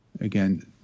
again